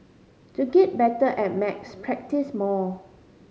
to get better at maths practise more